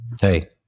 hey